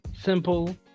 simple